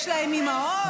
יש להם אימהות,